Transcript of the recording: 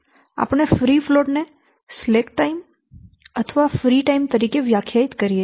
તેથી આપણે free float ને સ્લેક ટાઇમ અથવા ફ્રી ટાઇમ તરીકે વ્યાખ્યાયિત કરીએ